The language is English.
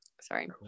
sorry